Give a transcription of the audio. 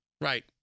Right